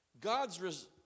God's